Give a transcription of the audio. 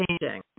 changing